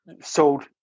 sold